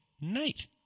night